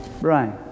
Brian